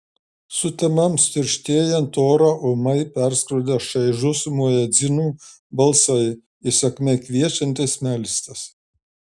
sutemoms tirštėjant orą ūmai perskrodė šaižūs muedzinų balsai įsakmiai kviečiantys melstis